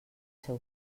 seu